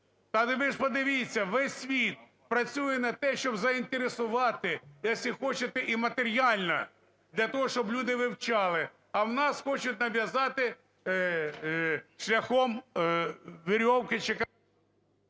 Та ви ж подивіться, весь світ працює на те, щоб заінтересувати, если хочете, і матеріально, для того, щоб люди вивчали. А в нас хочуть нав'язати шляхом верьовки чи...